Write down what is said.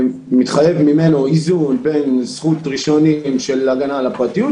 שמחייב איזון בין זכות ראשונים של הגנה על הפרטיות,